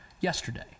yesterday